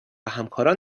همکاران